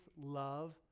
love